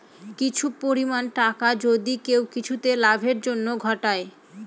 কিছু পরিমাণ টাকা যদি কেউ কিছুতে লাভের জন্য ঘটায়